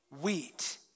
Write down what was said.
wheat